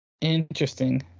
Interesting